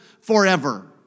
forever